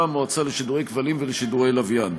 המועצה לשידורי כבלים ולשידורי לוויין.